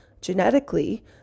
genetically